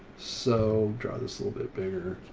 so draw this a little bit bigger.